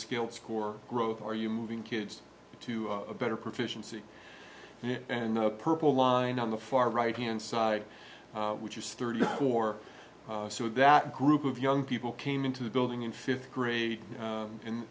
skilled score growth are you moving kids to a better proficiency and no purple line on the far right hand side which is thirty four so that group of young people came into the building in fifth grade